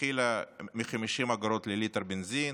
התחילה מ-50 אגורות לליטר בנזין,